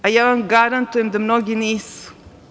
Ja vam garantujem da mnogi nisu.